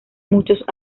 muchos